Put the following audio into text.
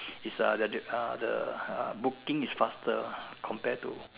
is uh the uh the uh booking is faster ah compared to